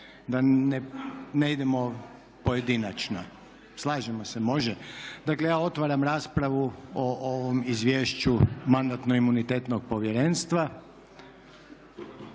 Da ne idemo pojedinačno. Slažemo se? Može. Dakle ja otvaram raspravu o ovom izvješću Mandatno imunitetnog povjerenstva.